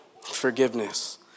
Forgiveness